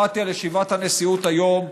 שמעתי על ישיבת הנשיאות היום,